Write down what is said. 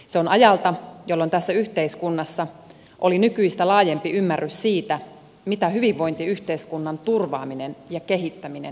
se on ajalta jolloin tässä yhteiskunnassa oli nykyistä laajempi ymmärrys siitä mitä hyvinvointiyhteiskunnan turvaaminen ja kehittäminen edellyttävät